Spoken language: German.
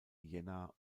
jena